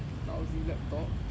lousy laptop